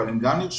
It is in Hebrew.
אבל הם גם נרשמים,